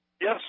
Yes